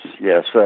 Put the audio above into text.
Yes